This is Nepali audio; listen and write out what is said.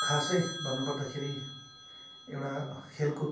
खासै भन्नुपर्दाखेरि एउटा खेलकुद